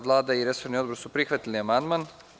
Vlada i resorni odbor su prihvatili ovaj amandman.